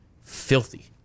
filthy